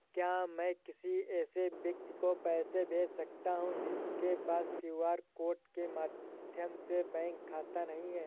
क्या मैं किसी ऐसे व्यक्ति को पैसे भेज सकता हूँ जिसके पास क्यू.आर कोड के माध्यम से बैंक खाता नहीं है?